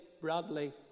Bradley